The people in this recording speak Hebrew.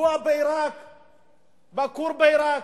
לפגוע בכור בעירק,